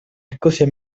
escocia